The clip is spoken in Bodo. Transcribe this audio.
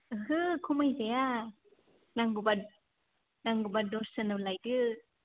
ओहो खमाय जाया नांगौबा नांगौबा दस्रानाव लायदो